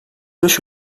beş